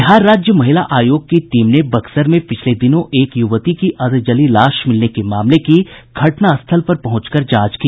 बिहार राज्य महिला आयोग की टीम ने बक्सर में पिछले दिनों एक यूवती की अधजली लाश मिलने के मामले की घटनास्थल पर पहुंच कर जांच की